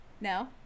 no